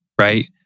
right